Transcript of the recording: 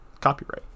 copyright